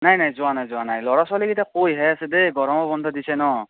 নাই নাই যোৱা নাই যোৱা নাই ল'ৰা ছোৱালীকেইটাই কৈহে আছে দেই গৰমৰ বন্ধ দিছে ন'